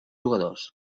jugadors